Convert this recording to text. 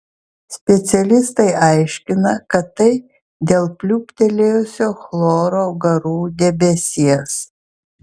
specialistai aiškina kad tai dėl pliūptelėjusio chloro garų debesies